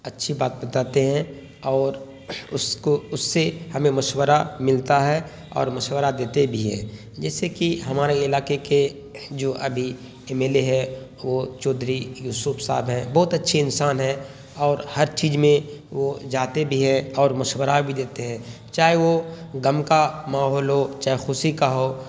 اچھی بات بتاتے ہیں اور اس کو اس سے ہمیں مشورہ ملتا ہے اور مشورہ دیتے بھی ہیں جیسے کہ ہمارے علاقے کے جو ابھی ایم ایل اے ہے وہ چودھری یوسف صاحب ہیں بہت اچھے انسان ہیں اور ہر چیز میں وہ جاتے بھی ہیں اور مشورہ بھی دیتے ہیں چاہے وہ غم کا ماحول ہو چاہے خوشی کا ہو